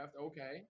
okay